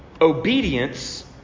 obedience